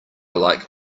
like